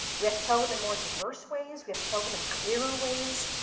we have to tell them in more diverse ways. we have to tell them in clearer ways,